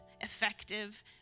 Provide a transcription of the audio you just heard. effective